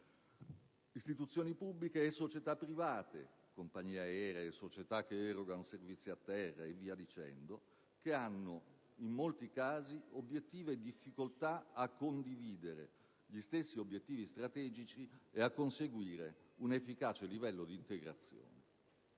Istituzioni pubbliche e società private, compagnie aeree e società che erogano servizi a terra, hanno in molti casi difficoltà a condividere gli stessi obiettivi strategici e a conseguire un'efficace livello di integrazione.